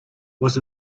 was